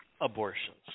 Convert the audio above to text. abortions